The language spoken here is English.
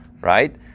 right